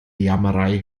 jammerei